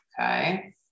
okay